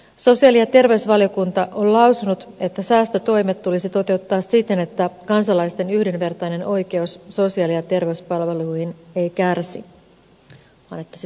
sosiaali ja terveysvaliokunta on lausunut että säästötoimet tulisi toteuttaa siten että kansalaisten yhdenvertainen oikeus sosiaali ja terveyspalveluihin ei kärsi vaan että se turvataan